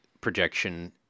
projection